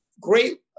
great